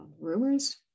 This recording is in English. Rumors